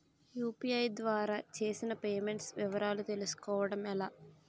UPI ద్వారా చేసిన payments వివరాలు తెలుసుకోవటం ఎలా?